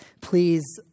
Please